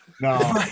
No